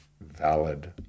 valid